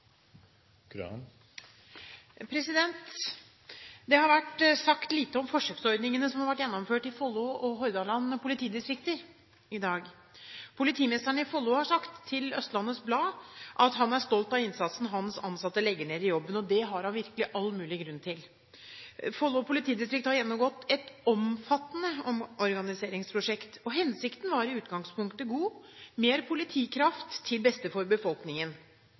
Det har i dag vært sagt lite om forsøksordningene som har vært gjennomført i Follo og Hordaland politidistrikter. Politimesteren i Follo har sagt til Østlandets Blad at han er stolt av innsatsen som hans ansatte legger ned i jobben – og det har han virkelig all mulig grunn til. Follo politidistrikt har gjennomgått et omfattende omorganiseringsprosjekt. Hensikten var i utgangspunktet god: mer politikraft til beste for befolkningen.